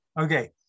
okay